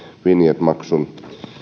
vinjetmaksun